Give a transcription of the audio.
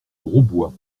grosbois